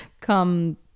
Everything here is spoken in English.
come